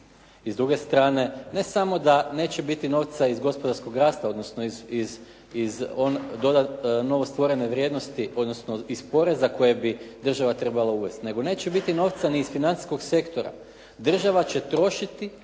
I s druge strane ne samo da neće biti novca iz gospodarskog rasta odnosno iz novostvorene vrijednosti odnosno iz poreza koje bi država trebala uvesti. Nego neće biti novca ni iz financijskog sektora. Država će trošiti